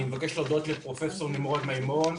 אני מבקש להודות לפרופ' נמרוד מימון.